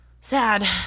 sad